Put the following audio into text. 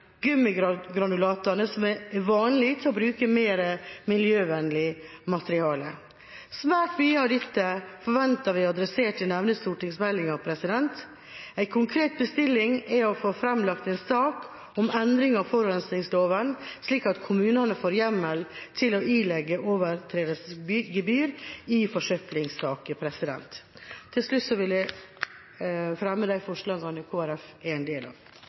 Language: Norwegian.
å bruke, med mer miljøvennlig materiale. Svært mye av dette forventer vi at er tatt opp i nevnte stortingsmeldinger. En konkret bestilling er å få framlagt en sak om endring av forurensningsloven, slik at kommunene får hjemmel til å ilegge overtredelsesgebyr i forsøplingssaker. Til slutt vil jeg ta opp de forslagene som Kristelig Folkeparti er en del av.